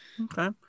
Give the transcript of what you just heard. Okay